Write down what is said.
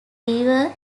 viewer